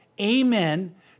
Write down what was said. amen